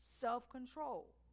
Self-control